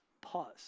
Pause